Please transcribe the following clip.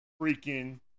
freaking